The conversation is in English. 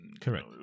Correct